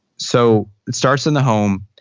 so it starts in the home,